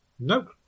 nope